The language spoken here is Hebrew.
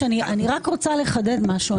רוצה לחדד משהו.